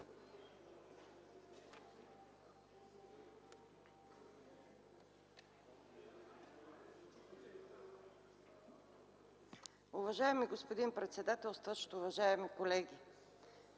Уважаеми господин председател, уважаеми колеги!